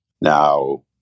Now